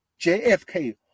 JFK